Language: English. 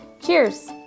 Cheers